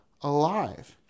alive